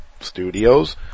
studios